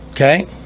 Okay